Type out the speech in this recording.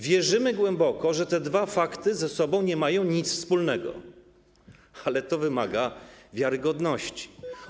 Wierzymy głęboko, że te dwa fakty nie mają ze sobą nic wspólnego, ale to wymaga wiarygodności.